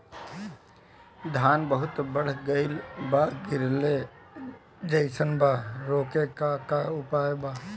धान बहुत बढ़ गईल बा गिरले जईसन बा रोके क का उपाय बा?